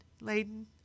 laden